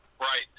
Right